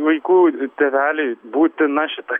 vaikų tėveliui būtina šita